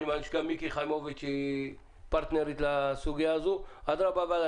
ואני מאמין שגם מיקי חיימוביץ' היא פרטנרית לסוגיה הזו אדרבא ואדרבה.